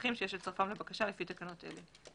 מסמכים שיש לצרפם לבקשה לפי תקנות אלה.